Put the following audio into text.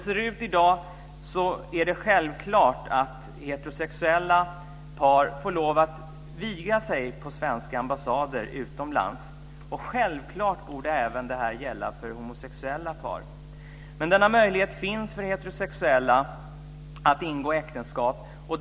I dag kan heterosexuella par viga sig på svenska ambassader utomlands. Självklart borde detta även gälla för homosexuella par. Denna möjlighet finns för heterosexuella som vill ingå äktenskap.